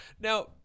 Now